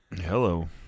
Hello